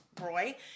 roy